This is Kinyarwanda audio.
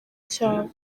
cyabo